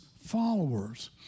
followers